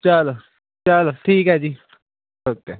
ਚੱਲ ਚੱਲ ਠੀਕ ਹੈ ਜੀ ਓਕੇ